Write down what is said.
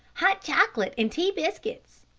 hot chocolate and tea biscuits.